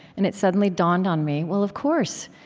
and it suddenly dawned on me, well, of course.